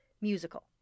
musical